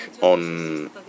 on